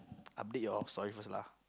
update your off story first lah